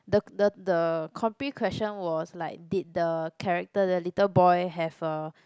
the the the compre question was like did the character the little boy have a